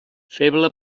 feble